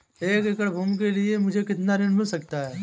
एक एकड़ भूमि के लिए मुझे कितना ऋण मिल सकता है?